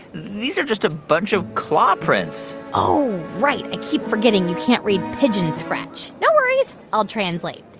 these are just a bunch of claws prints oh, right. i keep forgetting you can't read pigeon scratch. no worries. i'll translate.